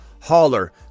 hauler